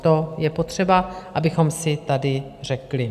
To je potřeba, abychom si tady řekli.